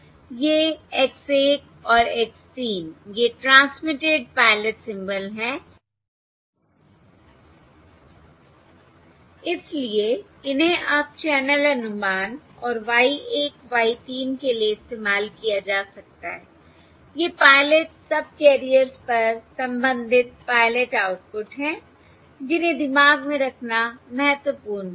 ये X 1 और X 3 ये ट्रांसमिटेड पायलट सिंबल हैं इसलिए इन्हें अब चैनल अनुमान और Y 1 Y 3 के लिए इस्तेमाल किया जा सकता है ये पायलट सबकैरियर्स पर संबंधित पायलट आउटपुट हैं जिन्हें दिमाग में रखना महत्वपूर्ण है